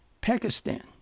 Pakistan